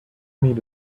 need